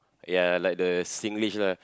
ya like the Singlish lah